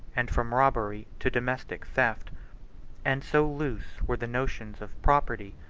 and from robbery to domestic theft and so loose were the notions of property,